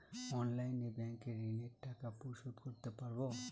অনলাইনে ব্যাংকের ঋণের টাকা পরিশোধ করতে পারবো?